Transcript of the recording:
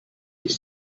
dich